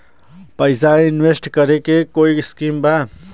पैसा इंवेस्ट करे के कोई स्कीम बा?